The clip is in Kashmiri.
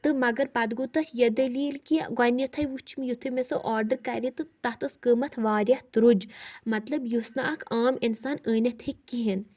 تہٕ مَگر پَتہٕ گوٚو تَتھ یہِ دٔلیٖل کہِ گۄڈٕنیتھٕے وُچھُم یُتھُے مےٚ سُہ آرڈر کرِ تہٕ تَتھ ٲسۍ قۭمَتھ واریاہ درٛوٚج مطلب یُس نہٕ اکھ عام اِنسان أنِتھ ہیٚکہِ کِہینۍ